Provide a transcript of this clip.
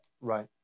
Right